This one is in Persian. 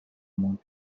موند